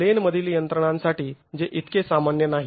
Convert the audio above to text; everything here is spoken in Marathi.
प्लेन मधील यंत्रणांसाठी जे इतके सामान्य नाही